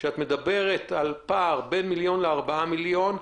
שאת מדברת על פער בין מיליון לארבעה מיליון,